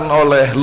oleh